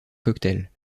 cocktail